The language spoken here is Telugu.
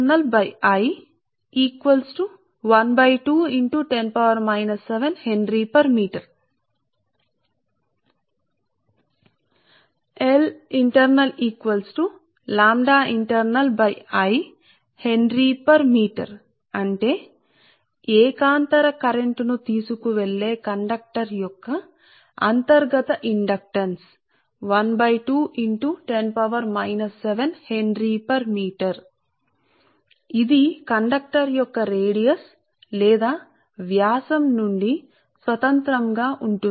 కాబట్టి మీటరు కు హెన్రీ Henrymeter అంటే కరెంట్ ని తీసుకొని వెళ్లే కండక్టర్ alternating current కరెంట్ ని తీసుకొని వెళ్లే కండక్టర్ యొక్క అంతర్గత ప్రేరణ అంతర్గత ఇండక్టర్ మీటర్కు హెన్రీ మరియు ఇది కండక్టర్ యొక్క వ్యాసార్థం లేదా వ్యాసం నుండి స్వతంత్రముగా ఉంటుంది